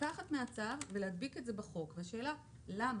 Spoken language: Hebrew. לקחת מהצו ולהדביק את זה בחוק, והשאלה היא למה.